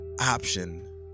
option